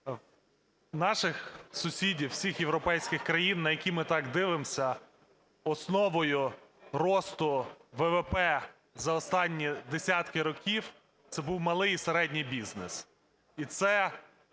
наших сусідів, в усіх європейських країн, на які ми так дивимося, основою росту ВВП за останні десятки років - це був малий і середній бізнес,